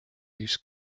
east